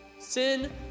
Sin